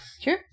Sure